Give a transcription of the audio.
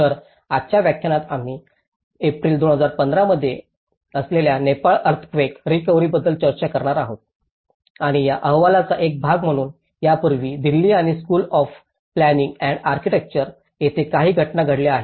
तर आजच्या व्याख्यानात आम्ही एप्रिल 2015 मध्ये आलेल्या नेपाळ अर्थक्वेक रिकव्हरीबद्दल चर्चा करणार आहोत आणि या अहवालाचा एक भाग म्हणून यापूर्वी दिल्ली आणि school of planning and architecture येथे काही घटना घडल्या आहेत